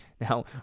Now